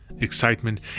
excitement